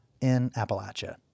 inappalachia